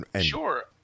Sure